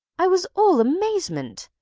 i was all amazement.